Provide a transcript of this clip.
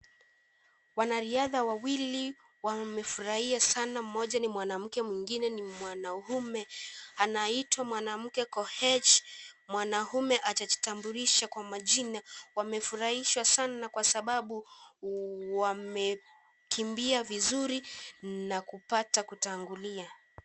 Wanariadha wawili wamefurahia sana mmoja ni mwanamke na mwingine ni mwanamme anaitwa mwanamke koech na mwanamme ajajitambulisha kwa majina wamefurahishwa sana kwa sababu wamekimbia vizuri na kupata kutangulia.